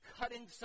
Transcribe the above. cutting